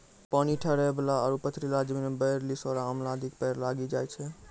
पानी ठहरै वाला आरो पथरीला जमीन मॅ बेर, लिसोड़ा, आंवला आदि के पेड़ लागी जाय छै